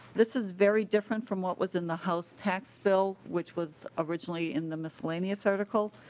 this is very different from what was in the house tax bill which was originally in the miscellaneous article.